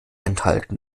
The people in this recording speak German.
enthalten